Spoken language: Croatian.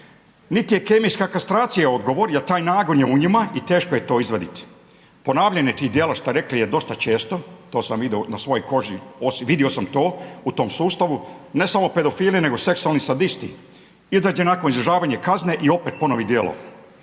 Niti je kemijska kastracija odgovor jer taj nagon je u njima i teško je to izvaditi. Ponavljanje tih djela šta ste rekli je dosta često, to sam vidio na svojoj koži, vidio sam to, u tom sustavu, ne samo pedofili nego seksualni sadisti izađe nakon izležavanja kazne i opet ponovi djelo.